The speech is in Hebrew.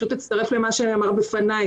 אצטרף למה שנאמר לפניי,